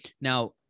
now